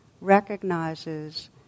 recognizes